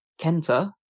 Kenta